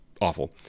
awful